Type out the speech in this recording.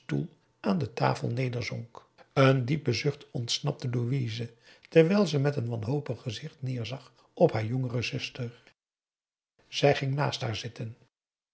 aan de tafel nederzonk een diepe zucht ontsnapte louise terwijl ze met n wanhopig gezicht neerzag op haar jongere zuster zij ging naast haar zitten